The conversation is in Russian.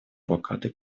блокады